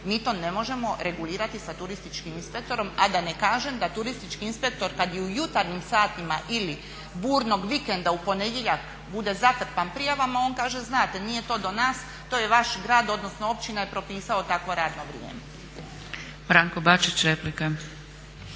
Mi to ne možemo regulirati sa turističkim inspektorom, a da ne kažem da tu turistički inspektor kada je u jutarnjim satima ili burnog vikenda u ponedjeljak bude zatrpan prijavama, on kaže znate nije to do nas, to je vaš grad odnosno općina je propisala takvo radno vrijeme.